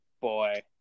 boy